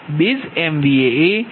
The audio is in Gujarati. હવે બેઝ MVA એ 100MVAઆપવામાં આવે છે